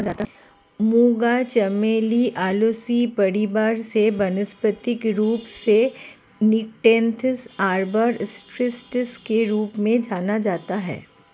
मूंगा चमेली ओलेसी परिवार से वानस्पतिक रूप से निक्टेन्थिस आर्बर ट्रिस्टिस के रूप में जाना जाता है